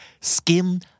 Skim